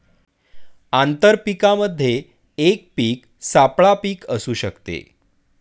आंतर पीकामध्ये एक पीक सापळा पीक असू शकते